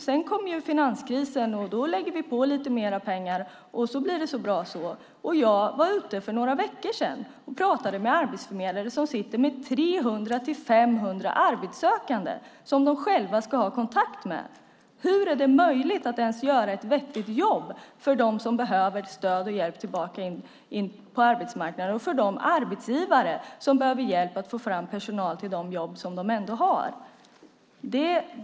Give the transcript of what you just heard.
Sedan kom finanskrisen, och då lägger vi på lite mer pengar och så blir det så bra. Jag var ute för några veckor sedan och talade med arbetsförmedlare som sitter med 300-500 arbetssökande som de själva ska ha kontakt med. Hur är det möjligt att ens göra ett vettigt jobb för dem som behöver stöd och hjälp för att komma tillbaka in på arbetsmarknaden och för de arbetsgivare som behöver hjälp att få fram personal till de jobb som de ändå har?